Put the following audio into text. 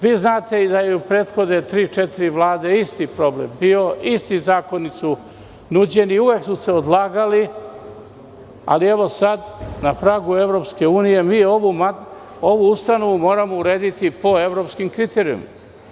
Vi znate da je u prethodne tri, četiri vlade isti problem bio, isti zakoni su nuđeni, uvek su se odlagali, ali evo sad na pragu EU mi ovu ustanovu moramo uraditi po evropskim kriterijumima.